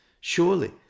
surely